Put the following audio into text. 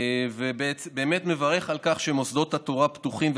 הוא מברך על כך שמוסדות התורה פתוחים,